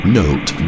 note